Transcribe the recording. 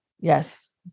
Yes